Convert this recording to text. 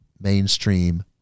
mainstream